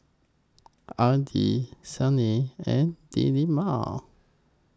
Aidil Isnin and Delima